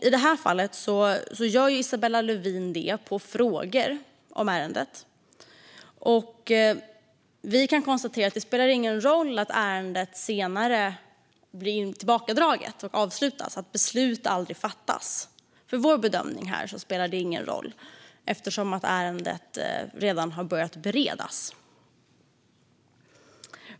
I det här fallet gör Isabella Lövin det när hon får frågor om ärendet. Vi kan konstatera att det inte spelar någon roll att ärendet senare dras tillbaka och avslutas, det vill säga att beslut aldrig fattas. För vår bedömning här spelar det ingen roll, eftersom ärendet redan har börjat beredas.